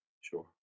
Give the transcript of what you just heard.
Sure